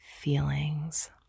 feelings